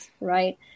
right